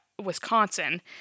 wisconsin